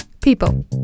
People